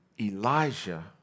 elijah